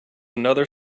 another